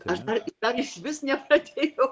aš dar dar išvis nepradėjau